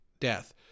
death